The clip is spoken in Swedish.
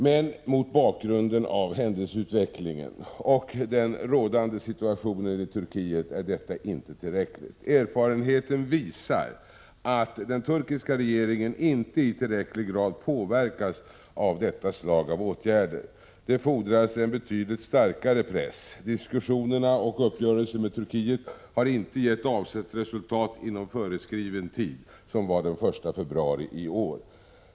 Men mot bakgrunden av händelseutvecklingen och den rådande situationen i Turkiet är detta inte tillräckligt. Erfarenheten visar att den turkiska regeringen inte i tillräcklig grad påverkas av detta slag av åtgärder. Det fordras en betydligt starkare press. Diskussionerna och uppgörelsen med Turkiet har inte gett avsett resultat inom föreskriven tid, som gick ut den 1 februari i år.